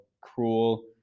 cruel